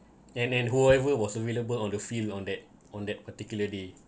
and and whoever was available on the field on that on that particularly